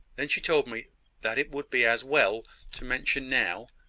then she told me that it would be as well to mention now,